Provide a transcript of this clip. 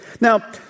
Now